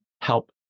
help